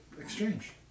exchange